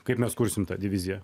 kaip mes kursim tą diviziją